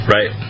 Right